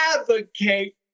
advocate